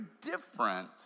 different